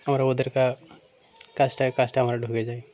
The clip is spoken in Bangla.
আমরা ওদের কা কাসটায় কাস্টে আমরা ঢুকে যাই